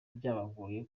byabagoye